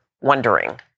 wondering